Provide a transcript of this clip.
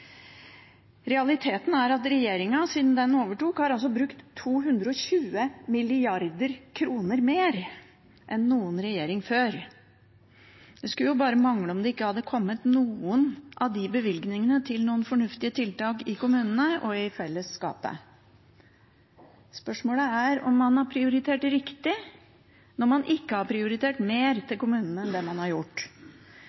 Realiteten er at regjeringen, siden den overtok, har brukt 220 mrd. kr mer enn noen regjering før. Det skulle bare mangle om ikke noen av de bevilgningene hadde gått til noen fornuftige tiltak i kommunene og for fellesskapet. Spørsmålet er om man har prioritert riktig når man ikke har prioritert mer til